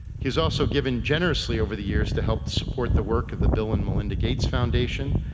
he has also given generously over the years to help support the work of the bill and melinda gates foundation,